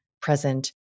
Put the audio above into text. present